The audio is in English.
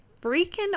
freaking